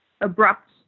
abrupt